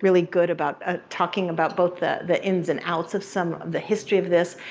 really good about ah talking about both the the ins and outs of some of the history of this,